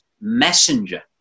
messenger